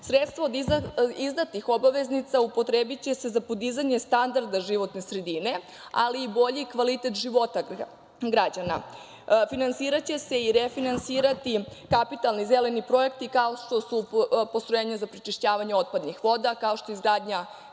Sredstva od izdatih obveznica upotrebiće se za podizanje standarda životne sredine, ali i bolji kvalitet života građana. Finansiraće se i refinansirati kapitalni zeleni projekat, kao što su postrojenja za prečišćavanje otpadnih voda, kao što je izgradnja